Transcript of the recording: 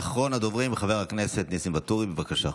ואחרון הדוברים, חבר הכנסת ניסים ואטורי, בבקשה.